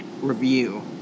review